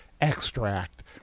extract